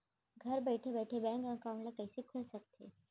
घर बइठे बइठे बैंक एकाउंट ल कइसे खोल सकथे?